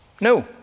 No